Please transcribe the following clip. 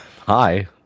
Hi